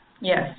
Yes